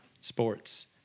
sports